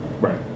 Right